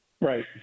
Right